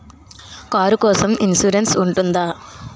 Car కోసం insurance ఉంటుందా?